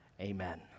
amen